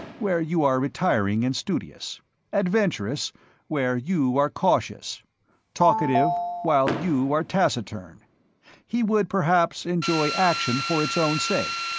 where you are retiring and studious adventurous where you are cautious talkative while you are taciturn he would perhaps enjoy action for its own sake,